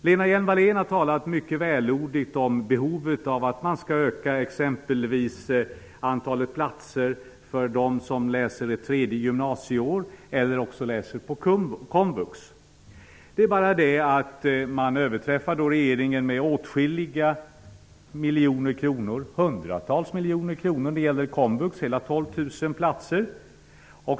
Lena Hjelm-Wallén har talat mycket vältaligt om behovet av att öka exempelvis antalet platser för dem som läser ett tredje gymnasieår eller läser på komvux. Men då överträffar man regeringen med åtskilliga miljoner kronor -- hundratals miljoner kronor. När det gäller komvux föreslår man hela 12 000 platser.